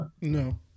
No